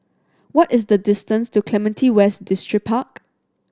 what is the distance to Clementi West Distripark